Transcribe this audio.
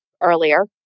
earlier